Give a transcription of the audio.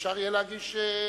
שאפשר יהיה להגיש שאילתות.